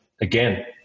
again